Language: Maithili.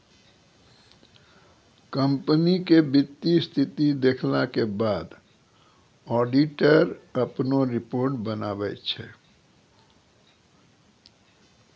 कंपनी के वित्तीय स्थिति देखला के बाद ऑडिटर अपनो रिपोर्ट बनाबै छै